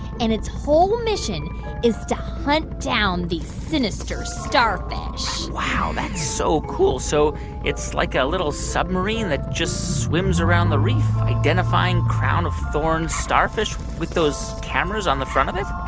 and its whole mission is to hunt down these sinister starfish wow. that's so cool. so it's like a little submarine that just swims around the reef, identifying crown-of-thorn starfish with those cameras on the front of it?